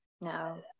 No